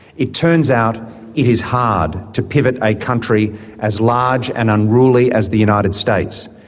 it turns out it is hard to pivot a country as large and unruly as the united states,